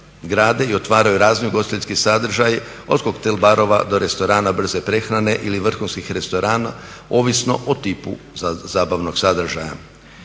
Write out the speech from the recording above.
i otvaraju razni ugostiteljski sadržaji od koktel barova do restorana brze prehrane ili vrhunskih restorana ovisno o tipu zabavnog sadržaja.